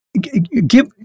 give